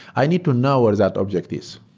i need to know where that object is.